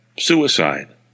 suicide